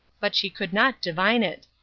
but she could not divine it.